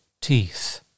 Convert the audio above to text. teeth